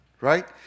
right